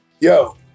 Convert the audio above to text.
Yo